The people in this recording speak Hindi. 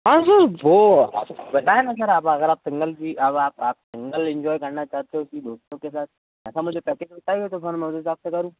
हाँ हाँ वो आप बताए ना सर अगर आप सिंगल अगर आप सिंगल इंजॉय करना चाहते हो कि दोस्तों के साथ ऐसा मुझे प्रतीत होता है तो मैं उस हिसाब से करू